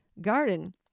garden